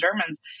Germans